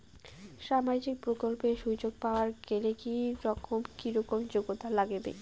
সামাজিক প্রকল্পের সুযোগ পাবার গেলে কি রকম কি রকম যোগ্যতা লাগিবে?